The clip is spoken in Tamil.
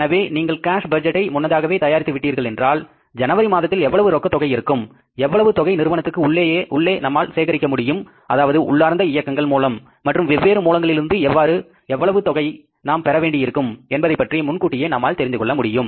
எனவே நீங்கள் கேஸ் பட்ஜெட்டை முன்னதாகவே தயாரித்து விட்டீர்களென்றால் ஜனவரி மாதத்தில் எவ்வளவு ரொக்கத் தொகை இருக்கும் எவ்வளவு தொகை நிறுவனத்துக்கு உள்ளேயே நம்மால் சேகரிக்க முடியும் அதாவது உள்ளார்ந்த இயக்கங்கள் மூலம் மற்றும் வெவ்வேறு மூலங்களிலிருந்து எவ்வளவு தொகை நாம் பெற வேண்டி இருக்கும் என்பதை பற்றி முன்கூட்டியே நம்மால் தெரிந்து கொள்ள முடியும்